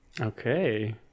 Okay